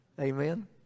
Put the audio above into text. amen